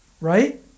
right